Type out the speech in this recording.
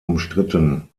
umstritten